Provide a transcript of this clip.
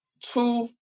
two